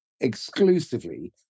exclusively